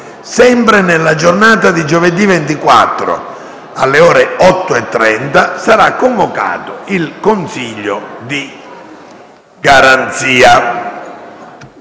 Sempre nella giornata di giovedì 24 gennaio, alle ore 8,30, sarà convocato il Consiglio di garanzia.